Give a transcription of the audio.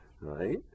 right